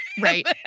Right